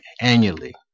annually